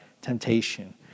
temptation